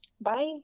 Bye